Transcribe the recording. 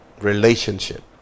relationship